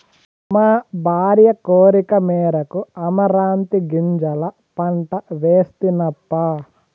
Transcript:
మా భార్య కోరికమేరకు అమరాంతీ గింజల పంట వేస్తినప్పా